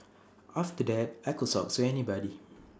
after that I could anybody